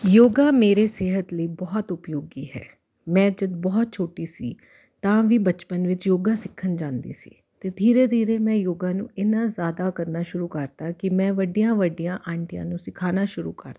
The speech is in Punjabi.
ਯੋਗਾ ਮੇਰੇ ਸਿਹਤ ਲਈ ਬਹੁਤ ਉਪਯੋਗੀ ਹੈ ਮੈਂ ਜਦੋਂ ਬਹੁਤ ਛੋਟੀ ਸੀ ਤਾਂ ਵੀ ਬਚਪਨ ਵਿੱਚ ਯੋਗਾ ਸਿੱਖਣ ਜਾਂਦੀ ਸੀ ਅਤੇ ਧੀਰੇ ਧੀਰੇ ਮੈਂ ਯੋਗਾ ਨੂੰ ਇੰਨਾ ਜ਼ਿਆਦਾ ਕਰਨਾ ਸ਼ੁਰੂ ਕਰਤਾ ਕਿ ਮੈਂ ਵੱਡੀਆਂ ਵੱਡੀਆਂ ਆਂਟੀਆਂ ਨੂੰ ਸਿਖਾਉਣਾ ਸ਼ੁਰੂ ਕਰਤਾ